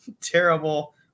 terrible